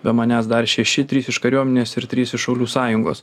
be manęs dar šeši trys iš kariuomenės ir trys iš šaulių sąjungos